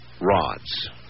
rods